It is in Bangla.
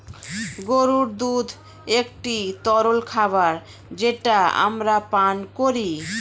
গরুর দুধ একটি তরল খাবার যেটা আমরা পান করি